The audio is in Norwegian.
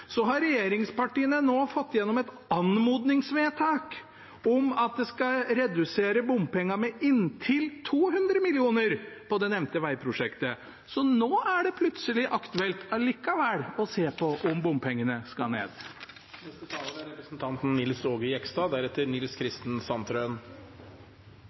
har regjeringspartiene nå fått gjennom et anmodningsvedtak om at de skal redusere bompengene med inntil 200 mill. kr på det nevnte vegprosjektet. Så nå er det plutselig aktuelt likevel å se på om bompengene skal